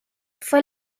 fue